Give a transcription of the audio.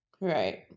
right